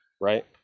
right